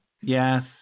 yes